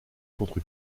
contre